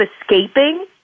escaping